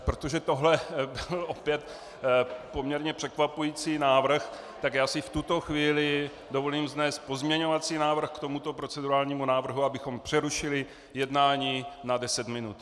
Protože tohle je opět poměrně překvapující návrh, tak já si v tuto chvíli dovolím vznést pozměňovací návrh k tomuto procedurálnímu návrhu, abychom přerušili jednání na deset minut.